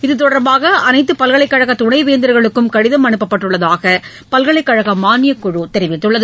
இதுதொடர்பாகஅனைத்து பல்கலைக்கழகதுணைவேந்தர்களும் கடிதம் அனுப்பப்பட்டுள்ளதாகபல்கலைக்கழகமானியக்குழதெரிவித்துள்ளது